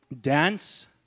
dance